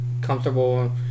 comfortable